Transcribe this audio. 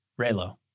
Raylo